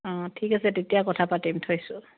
অঁ ঠিক আছে তেতিয়া কথা পাতিম থৈছোঁ